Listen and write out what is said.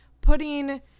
putting